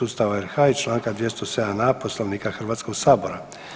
Ustava RH i članka 207a. Poslovnika Hrvatskog sabora.